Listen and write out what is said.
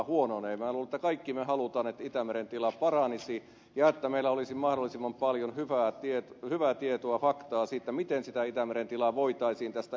minä luulen että kaikki me haluamme että itämeren tila paranisi ja että meillä olisi mahdollisimman paljon hyvää tietoa faktaa siitä miten sitä itämeren tilaa voitaisiin tästä eteenkinpäin parantaa